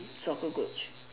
soccer coach